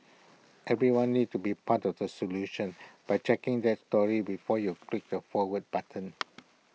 everyone needs to be part of the solution by checking that story before you click the forward button